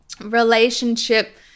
relationship